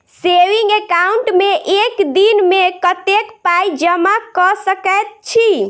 Saving account मे एक दिनमे कतेक पाई जमा कऽ सकैत छी?